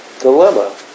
dilemma